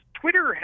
Twitter